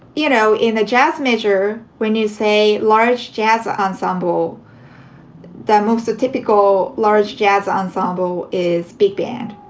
you know, in a jazz measure, when you say large jazz ensemble that moves the typical large jazz ensemble is big band.